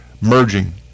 merging